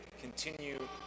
continue